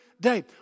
day